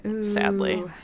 sadly